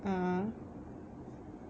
(uh huh)